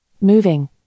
Moving